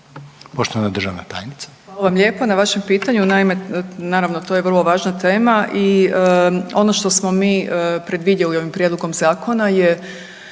Poštovani državni tajniče,